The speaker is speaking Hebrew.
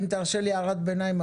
אם תרשה לי הערת ביניים,